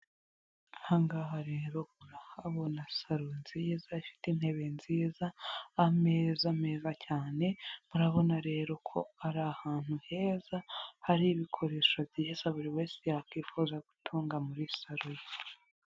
Aha ngaha rero urahabona na salo nziza ifite intebe nziza, ameza meza cyane, murabona rero ko ari ahantu heza, hari ibikoresho byiza buri wese yakwifuza gutunga muri salo ye.